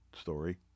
story